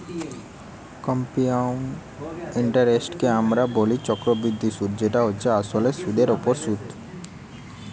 compound ইন্টারেস্টকে আমরা বলি চক্রবৃদ্ধি সুধ যেটা হচ্ছে আসলে সুধের ওপর সুধ